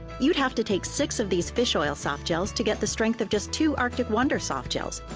you'd have to take six of these fish oil soft gels to get the strength of just two arctic wonder soft gels.